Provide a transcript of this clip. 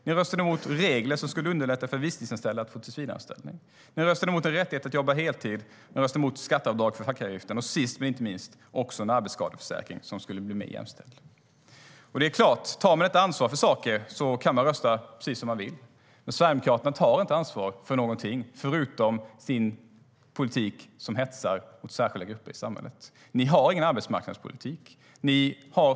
Ni röstade emot regler som skulle underlätta för visstidsanställda att få tillsvidareanställning, och ni röstade emot rätten att jobba heltid. Ni röstade emot skatteavdrag för den fackliga avgiften, och sist men inte minst röstade ni emot en arbetsskadeförsäkring som skulle bli mer jämställd. Tar man inte ansvar för saker är det klart att man kan rösta precis som man vill. Sverigedemokraterna tar inte ansvar för någonting förutom sin politik som hetsar mot särskilda grupper i samhället. Ni har ingen arbetsmarknadspolitik.